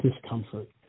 discomfort